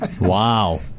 Wow